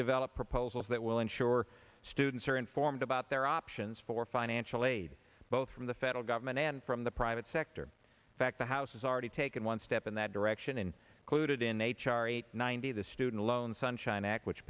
develop proposals that will ensure students are informed about their options for financial aid both from the federal government and from the private sector fact the house has already taken one step in that direction and clued in h r eight ninety the student loan sunshine act which